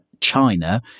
China